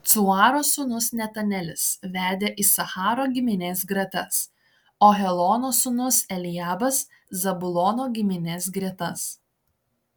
cuaro sūnus netanelis vedė isacharo giminės gretas o helono sūnus eliabas zabulono giminės gretas